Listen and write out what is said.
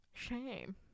Shame